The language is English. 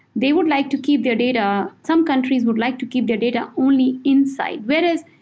they would like to keep their data. some countries would like to keep their data only inside. whereas,